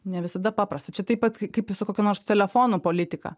ne visada paprasta čia taip pat kaip su kokių nors telefonų politika